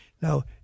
Now